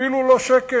אפילו לא שקל.